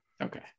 okay